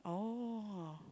oh